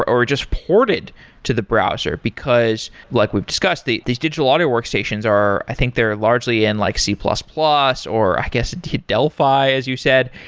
or or just ported to the browser, because like we've discussed, these digital audio workstations are i think, they're largely in like c plus plus, or i guess delphi as you said.